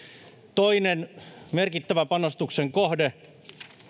toinen merkittävä panostuksen kohde